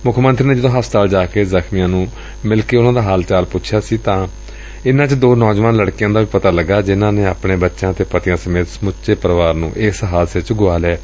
ਮੁੱਖ ਮੰਤਰੀ ਨੇ ਜਦੋ ਹਸਪਤਾਲਾਂ ਵਿੱਚ ਜਾ ਕੇ ਜ਼ਖਮੀਆਂ ਨੂੰ ਮਿਲ ਕੇ ਉਨ੍ਹਾਂ ਦਾ ਹਾਲ ਚਾਲ ਜਾਣਿਆ ਸੀ ਤਾਂ ਇਨ੍ਹਾਂ ਵਿੱਚ ਦੋ ਨੌਜਵਾਨ ਲੜਕੀਆਂ ਦਾ ਵੀ ਪਤਾ ਲੱਗਾ ਜਿਨ੍ਹਾਂ ਨੇ ਆਪਣੇ ਬੱਚਿਆਂ ਤੇ ਪਤੀਆਂ ਸਮੇਤ ਸਮੁੱਚੇ ਪਰਿਵਾਰਾਂ ਨੂੰ ਇਸ ਹਾਦਸੇ ਵਿੱਚ ਗੁਆ ਲਿਆ